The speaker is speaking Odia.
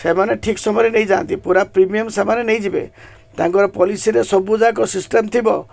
ସେମାନେ ଠିକ୍ ସମୟରେ ନେଇଯାଆନ୍ତି ପୁରା ପ୍ରିମିୟମ୍ ସେମାନେ ନେଇଯିବେ ତାଙ୍କର ପଲିସିରେ ସବୁ ଯାକ ସିଷ୍ଟମ୍ ଥିବ